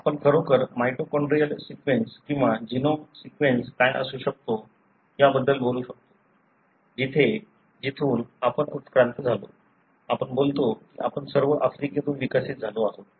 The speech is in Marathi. तर आपण खरोखर माइटोकॉन्ड्रियल सिक्वेन्स किंवा जीनोम सिक्वेन्स काय असू शकतात याबद्दल बोलू शकतो जिथे जिथून आपण उत्क्रांत झालो आपण बोलतो की आपण सर्व आफ्रिकेतून विकसित झालो आहोत